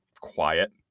quiet